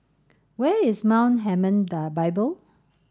where is Mount Hermon Bible